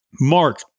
Mark